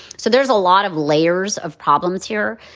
so there's a lot of layers of problems here.